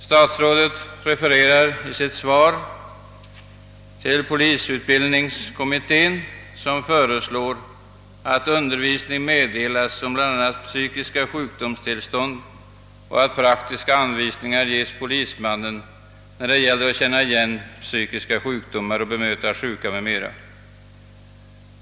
Statsrådet hänvisar i sitt svar till polisutbildningskommittén, som föreslår att undervisning skall meddelas bl a. om psykiska sjukdomstillstånd och att polismannen skall ges praktiska anvisningar för att kunna känna igen psykiska sjukdomar, bemöta sjuka o.s.v.